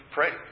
Pray